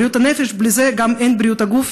בלי בריאות הנפש אין גם בריאות הגוף,